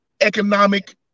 economic